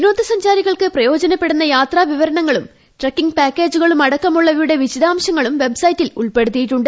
വിനോദ സഞ്ചാരികൾക്ക് പ്രയോജനപ്പെടുന്ന യാത്രാവിവരങ്ങളും പാക്കേജുകളടക്കമുള്ളവയുടെ വിശദാംശങ്ങളും വെബ്സൈറ്റിൽ ഉൾപ്പെടുത്തിയിട്ടുണ്ട്